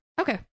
okay